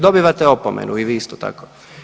Dobivate opomenu i vi isto tako.